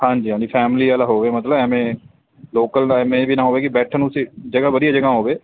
ਹਾਂਜੀ ਹਾਂਜੀ ਫੈਮਿਲੀ ਵਾਲਾ ਹੋਵੇ ਮਤਲਬ ਐਵੇਂ ਲੋਕਲ ਦਾ ਐਵੇਂ ਇਹ ਵੀ ਨਾ ਹੋਵੇ ਕਿ ਬੈਠਣ ਨੂੰ ਸ਼ੀ ਜਗ੍ਹਾ ਵਧੀਆ ਜਗ੍ਹਾ ਹੋਵੇ